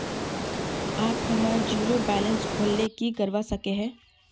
आप हमार zero balance खोल ले की करवा सके है?